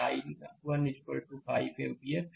तो i1 5 ampere